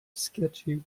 sketchy